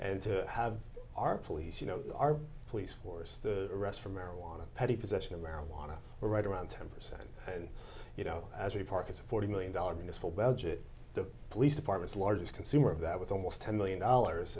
and to have our police you know our police force the arrest for marijuana petty possession of marijuana right around ten percent you know as a park is forty million dollars in this whole budget the police department the largest consumer of that with almost ten million dollars